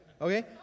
Okay